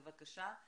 בבקשה,